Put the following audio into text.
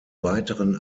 weiteren